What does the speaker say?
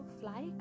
fly